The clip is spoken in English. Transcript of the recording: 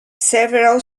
several